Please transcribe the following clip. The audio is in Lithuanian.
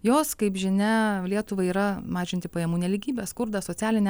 jos kaip žinia lietuvai yra mažinti pajamų nelygybę skurdą socialinę